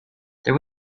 there